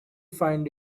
find